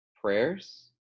Prayers